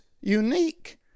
unique